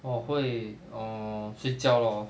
我会 err 睡觉 lor